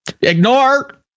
ignore